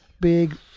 big